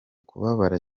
kubabara